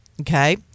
Okay